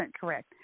correct